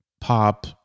pop